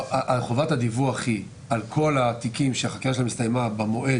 חובת הדיווח היא על כל התיקים שהחקירה שלהם הסתיימה במועד,